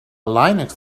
linux